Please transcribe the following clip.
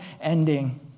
ending